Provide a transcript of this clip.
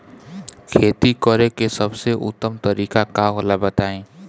खेती करे के सबसे उत्तम तरीका का होला बताई?